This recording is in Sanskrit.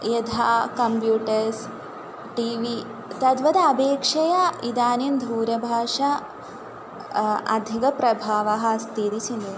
यथा कम्प्यूटर्स् टी वी तद्वत् अपेक्षया इदानीं दूरभाषा अधिकप्रभावः अस्ति इति चिन्तयामि